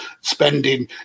spending